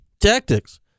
tactics